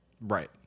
Right